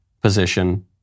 position